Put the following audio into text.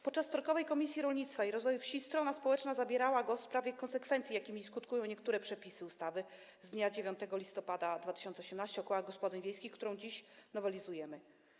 Podczas wtorkowego posiedzenia Komisji Rolnictwa i Rozwoju Wsi strona społeczna zabierała głos w sprawie konsekwencji, jakimi skutkują niektóre przepisy ustawy z dnia 9 listopada 2018 r. o kołach gospodyń wiejskich, którą dziś nowelizujemy.